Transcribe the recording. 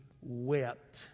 wept